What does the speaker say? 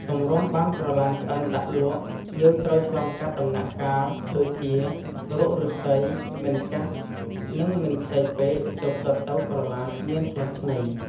ទម្រាំបានក្រឡានឆ្អិនដាក់លក់ យើងត្រូវឆ្លងកាត់ដំណាក់កាលដូចជា រកឫស្សី មិនចាស់និងមិនខ្ចីពេកទើបដុតទៅក្រឡានមានក្លិនឈ្ងុយ។